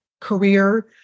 career